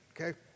Okay